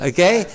Okay